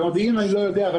אני לא יודע במודיעין,